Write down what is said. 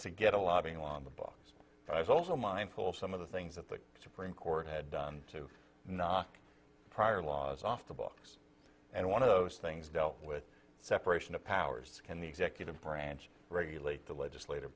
to get a lobbying on the books i was also mindful of some of the things that the supreme court had done to knock prior laws off the books and one of those things dealt with separation of powers in the executive branch regulate the legislat